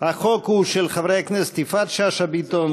החוק הוא של חברי הכנסת יפעת שאשא ביטון,